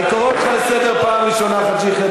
אני קורא אותך לסדר פעם ראשונה, חאג' יחיא.